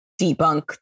debunk